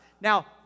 Now